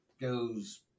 goes